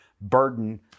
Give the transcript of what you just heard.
burden